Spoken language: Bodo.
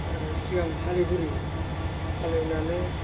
सिगां हालेवग्रोयो हालेवनानै